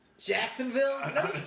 Jacksonville